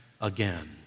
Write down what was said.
again